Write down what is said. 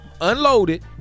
unloaded